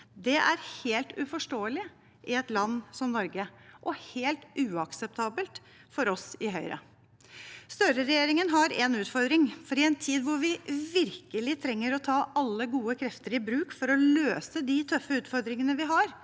Det er helt uforståelig i et land som Norge og helt uakseptabelt for oss i Høyre. Støre-regjeringen har en utfordring, for i en tid hvor vi virkelig trenger å ta alle gode krefter i bruk for å løse de tøffe utfordringene vi har,